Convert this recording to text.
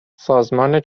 سازمان